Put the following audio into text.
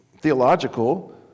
theological